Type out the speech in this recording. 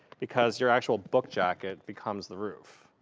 because your actual book jacket becomes the roof.